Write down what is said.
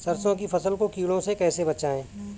सरसों की फसल को कीड़ों से कैसे बचाएँ?